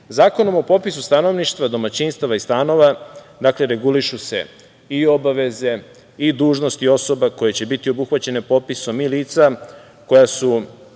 godine. Zakonom o popisu stanovništva, domaćinstava i stanova regulišu se i obaveze i dužnosti osoba koje će biti obuhvaćene popisom i lica koja